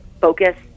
focus